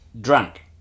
drunk